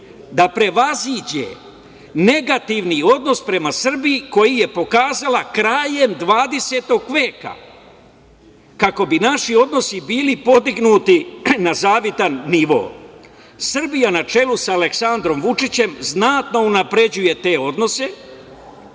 da prevaziđe negativni odnos prema Srbiji koji je pokazala krajem 20. veka kako bi naši odnosi bili podignuti na zavidan nivo. Srbija na čelu sa Aleksandrom Vučićem znatno unapređuje te odnose,